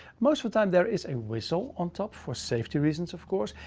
most of the time, there is a weasel on top for safety reasons, of course.